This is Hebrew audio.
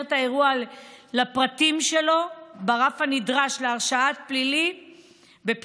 את האירוע לפרטיו ברף הנדרש להרשעה בפלילים,